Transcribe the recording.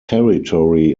territory